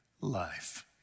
life